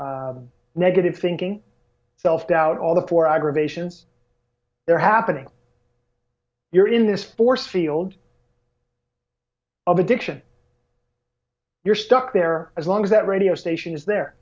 s negative thinking self doubt all the poor aggravations they're happening you're in this force field of addiction you're stuck there as long as that radio station is there